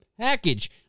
package